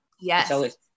Yes